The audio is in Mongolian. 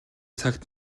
цагт